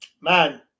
Man